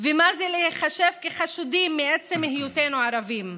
ומה זה להיחשב כחשודים מעצם היותנו ערבים.